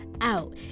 out